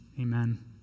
Amen